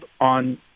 on